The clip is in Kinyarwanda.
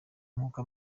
nk’uko